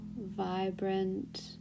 vibrant